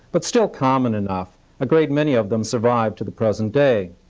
but still common enough a great many of them survive to the present day.